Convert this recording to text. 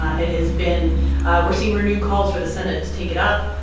ah it has been we're seeing renewed calls for the senate to take it up.